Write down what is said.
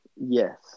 Yes